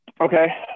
okay